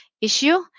issue